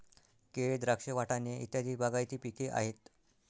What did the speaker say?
केळ, द्राक्ष, वाटाणे इत्यादी बागायती पिके आहेत